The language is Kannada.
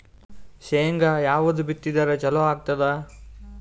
ಶೇಂಗಾ ಯಾವದ್ ಬಿತ್ತಿದರ ಚಲೋ ಆಗತದ?